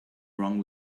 wrong